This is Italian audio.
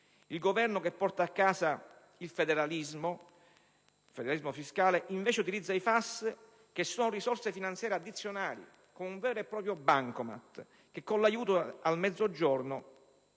l'Esecutivo, che porta a casa il federalismo fiscale utilizza invece i FAS, che sono risorse finanziarie addizionali, come un vero proprio bancomat che con l'aiuto al Mezzogiorno